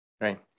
Right